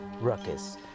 Ruckus